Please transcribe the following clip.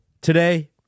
today